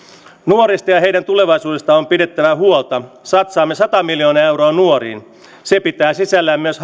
nuorista ja heidän tulevaisuudestaan on pidettävä huolta satsaamme sata miljoonaa euroa nuoriin se pitää sisällään myös